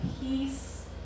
peace